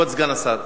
כבוד סגן השר.